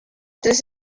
tres